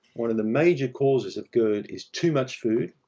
one of the major causes of gerd is too much food,